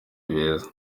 beza